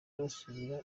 basubira